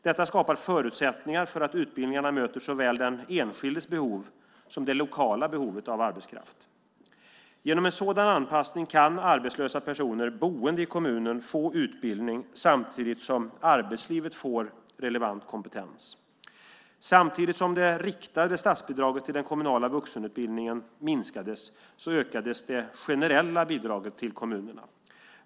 Detta skapar förutsättningar för att utbildningarna möter såväl den enskildes behov som det lokala behovet av arbetskraft. Genom en sådan anpassning kan arbetslösa personer boende i kommunen få utbildning samtidigt som arbetslivet får relevant kompetens. Samtidigt som det riktade statsbidraget till den kommunala vuxenutbildningen minskades ökades det generella bidraget till kommunerna.